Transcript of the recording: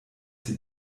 sie